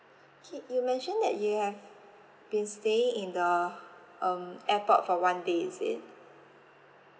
K you mentioned that you have been staying in the um airport for one day is it